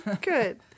Good